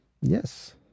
Yes